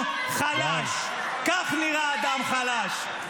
כך נראה אדם חלש.